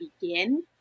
begin